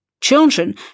Children